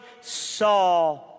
saw